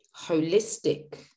holistic